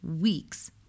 weeks